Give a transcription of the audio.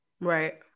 right